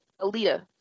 Alita